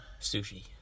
Sushi